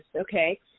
Okay